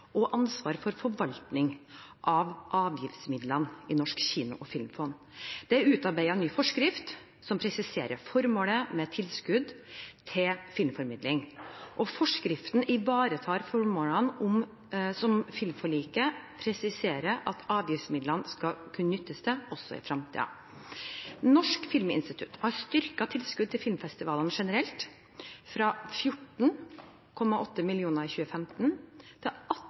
og ansvaret for forvaltning av avgiftsmidlene i Norsk kino- og filmfond. Det er utarbeidet en ny forskrift som presiserer formålet med tilskudd til filmformidling. Forskriften ivaretar formålene som filmforliket presiserer at avgiftsmidlene skal kunne nyttes til, også i fremtiden. Norsk filminstitutt har styrket tilskudd til filmfestivaler generelt, fra 14,8 mill. kr i 2015 til